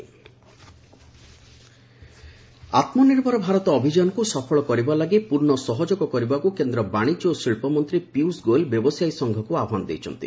ଗୋୟଲ୍ ଆତ୍ମନିର୍ଭର ଭାରତ ଆତୂନିର୍ଭର ଭାରତ ଅଭିଯାନକ୍ ସଫଳ କରିବା ଲାଗି ପର୍ଶ୍ଣ ସହଯୋଗ କରିବାକୁ କେନ୍ଦ୍ର ବାଶିଜ୍ୟ ଓ ଶିଳ୍ପ ମନ୍ତ୍ରୀ ପିୟୁଷ ଗୋୟଲ୍ ବ୍ୟବସାୟୀ ସଙ୍ଘକୃ ଆହ୍ୱାନ ଦେଇଛନ୍ତି